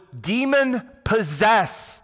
demon-possessed